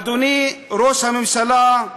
אדוני ראש הממשלה,